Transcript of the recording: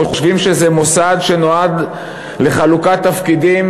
חושבים שזה מוסד שנועד לחלוקת תפקידים